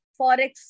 forex